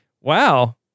Wow